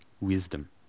wisdom